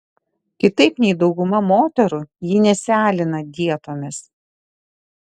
kitaip nei dauguma moterų ji nesialina dietomis